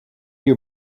your